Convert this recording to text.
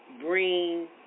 bring